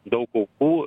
daug aukų